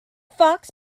fox